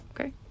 okay